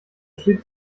steht